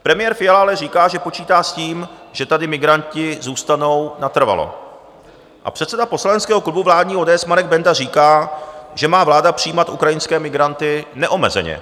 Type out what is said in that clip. Premiér Fiala ale říká, že počítá s tím, že tady migranti zůstanou natrvalo, a předseda poslaneckého klubu vládní ODS Marek Benda říká, že má vláda přijímat ukrajinské migranty neomezeně.